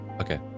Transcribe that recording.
Okay